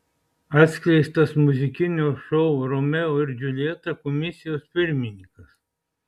atskleistas muzikinio šou romeo ir džiuljeta komisijos pirmininkas